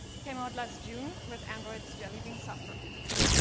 it came out last june with android's jelly bean software release.